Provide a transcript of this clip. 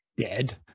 dead